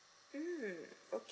mm